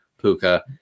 Puka